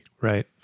Right